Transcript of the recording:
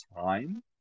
time